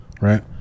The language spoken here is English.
right